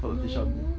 no